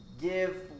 give